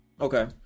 okay